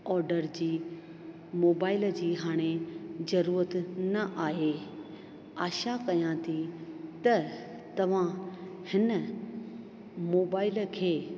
order जी mobile जी हाणे ज़रूरत न आहे आशा कयां थी त तव्हां हिन मोबाइल खे